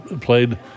played